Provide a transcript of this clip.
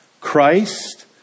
Christ